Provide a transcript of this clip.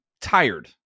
tired